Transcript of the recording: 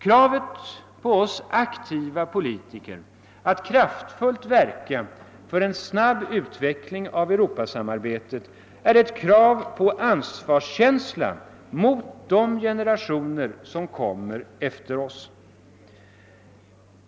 Kravet på oss aktiva politiker att kraftfullt verka för en snabb utveckling av Europasamarbetet är ett krav på ansvarskänsla mot de generationer som kommer efter oss.